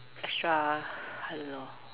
extra I don't know